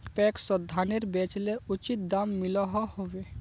पैक्सोत धानेर बेचले उचित दाम मिलोहो होबे?